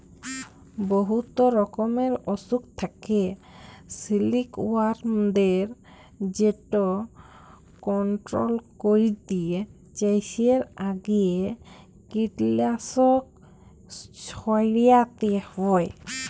বহুত রকমের অসুখ থ্যাকে সিলিকওয়ার্মদের যেট কলট্রল ক্যইরতে চাষের আগে কীটলাসক ছইড়াতে হ্যয়